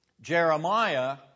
Jeremiah